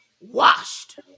washed